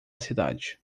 cidade